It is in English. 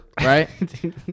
right